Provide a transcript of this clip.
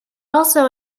also